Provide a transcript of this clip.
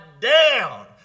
down